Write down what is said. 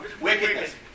Wickedness